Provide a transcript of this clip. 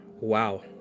wow